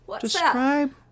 describe